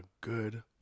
good